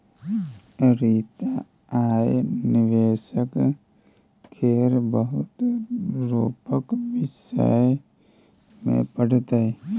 रीता आय निबेशक केर बहुत रुपक विषय मे पढ़तै